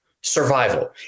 survival